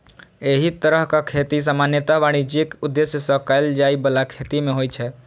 एहि तरहक खेती सामान्यतः वाणिज्यिक उद्देश्य सं कैल जाइ बला खेती मे होइ छै